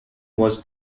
was